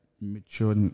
mature